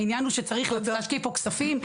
העניין הוא שצריך להשקיע פה כספים,